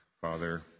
Father